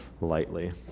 lightly